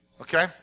Okay